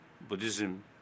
Buddhism